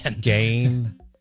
Game